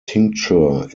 tincture